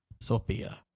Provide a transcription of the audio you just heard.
Sophia